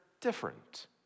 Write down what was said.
different